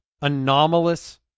anomalous